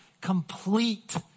complete